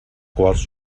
quals